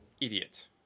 idiot